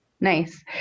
nice